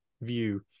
view